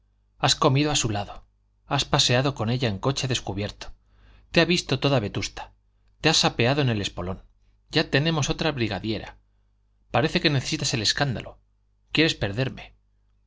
has comido a su lado has paseado con ella en coche descubierto te ha visto toda vetusta te has apeado en el espolón ya tenemos otra brigadiera parece que necesitas el escándalo quieres perderme